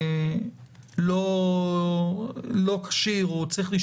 השבוע הבן שלי יהיה גאה בי אז ברכות לאיגוד